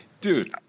Dude